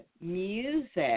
music